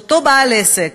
שאותו בעל עסק,